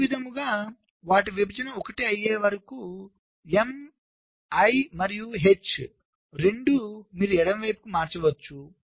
అదేవిధంగావాటి విభజన 1 అయ్యే వరకుM I మరియు H రెండూ మీరు ఎడమ వైపుకు మారవచ్చు